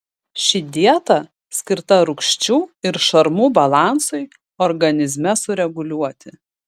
ši dieta skirta rūgščių ir šarmų balansui organizme sureguliuoti